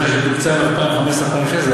2015 2016,